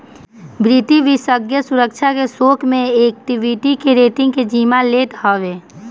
वित्तीय विषेशज्ञ सुरक्षा के, शोध के, एक्वीटी के, रेटींग के जिम्मा लेत हवे